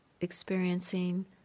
experiencing